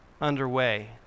underway